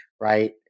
right